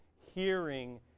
hearing